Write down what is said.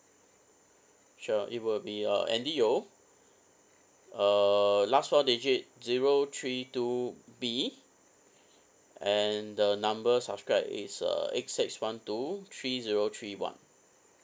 sure it will be uh andy yeo uh last four digit zero three two B and the number subscribed is uh eight six one two three zero three one